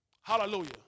Hallelujah